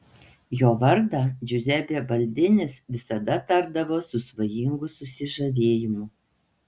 jo vardą džiuzepė baldinis visada tardavo su svajingu susižavėjimu